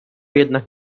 jednak